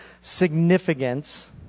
significance